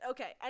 Okay